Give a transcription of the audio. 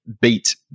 beat –